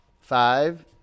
Five